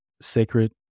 sacred